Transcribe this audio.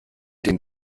den